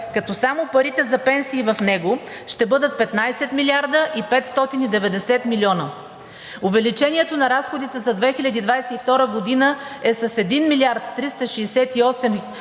като само парите за пенсии в него ще бъдат 15 млрд. 590 милиона. Увеличението на разходите за 2022 г. е с 1 млрд. 368 млн.